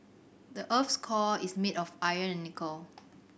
the earth's core is made of iron and nickel